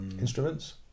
Instruments